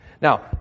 Now